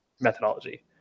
methodology